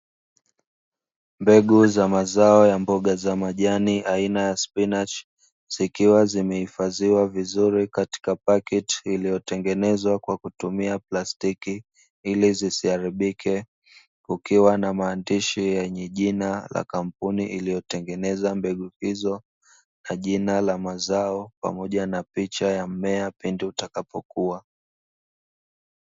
Mbegu za mazao ya mboga za majani aina ya spinachi, zikiwa zimehifadhiwa vizuri katika paketi iliyotengenezwa kwa kutumia plastiki, ili zisiharibike, kukiwa na maandishi yenye jina la kampuni iliyotengeneza mbegu hizo, na jina la mazao, pamoja na picha ya mmea pindi utakapokua.